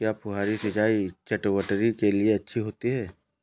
क्या फुहारी सिंचाई चटवटरी के लिए अच्छी होती है?